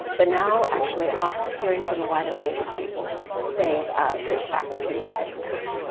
but now actually after hearing from a wider range of people they've switched back to pejmdas.